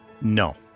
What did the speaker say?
No